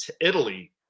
Italy